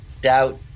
doubt